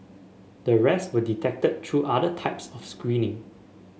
the rest were detected through other types of screening